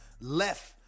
left